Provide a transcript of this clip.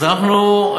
אז אנחנו,